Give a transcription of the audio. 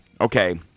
Okay